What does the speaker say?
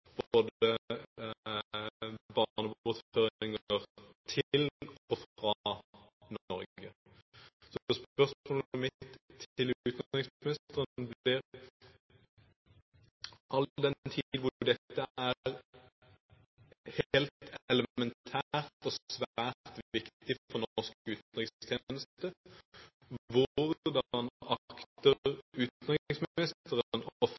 barnebortføringer både til og fra Norge. Så spørsmålet mitt til utenriksministeren blir: All den tid dette er helt elementært og svært viktig for norsk utenrikstjeneste, hvordan akter utenriksministeren å følge dette opp med konkret handling for